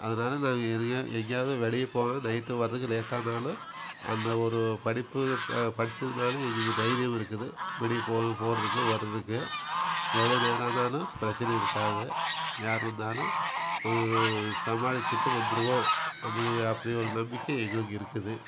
அதனால நாங்கள் எதையும் எங்கேயாவது வெளிய போனால் நைட்டு வரதுக்கு லேட்டானாலும் அந்த ஒரு படிப்பு படிச்சதுனால் எங்களுக்கு தைரியமிருக்குது வெளியே போகிறதுக்கு வரதுக்கு எவ்வளோ நேரம் ஆனாலும் பிரச்சனை இருக்காது யார் வந்தாலும் சமாளித்துட்டு வந்துடுவோம் அப்படி அப்படி ஒரு நம்பிக்கை எங்களுக்கு இருக்குது